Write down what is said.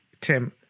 Tim